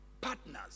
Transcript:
partners